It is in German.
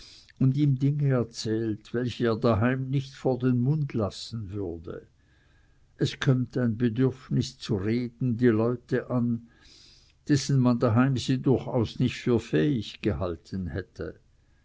und ihm dinge erzählt welche er da heim nicht vor den mund lassen würde es kömmt ein bedürfnis zu reden die leute an dessen man daheim sie durchaus nicht für fähig gehalten hätte